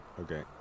okay